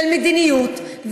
של מדיניות,